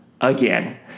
again